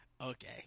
Okay